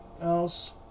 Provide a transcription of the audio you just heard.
else